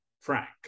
Frank